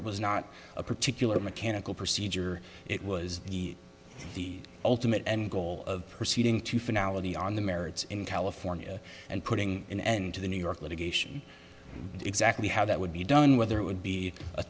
it was not a particular mechanical procedure it was the ultimate end goal of proceeding to finale on the merits in california and putting an end to the new york litigation exactly how that would be done whether it would be